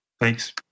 Thanks